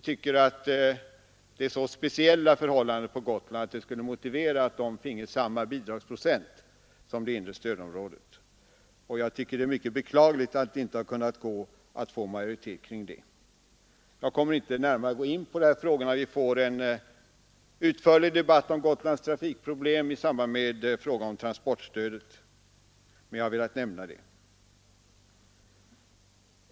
Vi tycker att det är så speciella förhållanden på Gotland att dessa motiverar att Gotlands kommun fick bidrag efter samma procentsats som kommunerna i det inre stödområdet. Jag finner det mycket beklagligt att det inte gått att få majoritet för det förslaget. Jag kommer inte att gå närmare in på den frågan, ty vi får en utförlig debatt om Gotlands trafikproblem i samband med att vi behandlar transportstödet, men jag har velat nämna det.